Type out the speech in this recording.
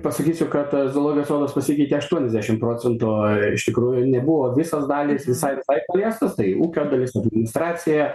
pasakysiu kad zoologijos sodas pasikeitė aštuoniasdešim procentų iš tikrųjų nebuvo visos dalys visai visai paliestos tai ūkio dalis administracija